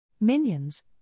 Minions